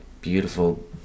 beautiful